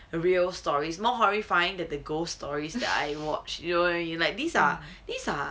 real stories more horrifying that the ghost stories that I watch you you like these are these are